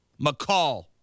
McCall